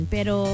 Pero